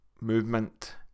movement